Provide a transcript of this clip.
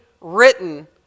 written